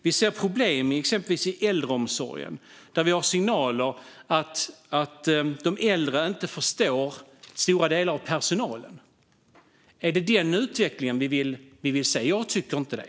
Vi ser problem inom till exempel äldreomsorgen, där vi får signaler om att de äldre inte förstår stora delar av personalen. Är det denna utveckling vi vill se? Jag tycker inte det.